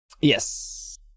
Yes